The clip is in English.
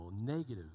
negative